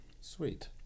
Sweet